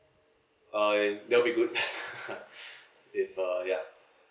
uh that'll be good if uh ya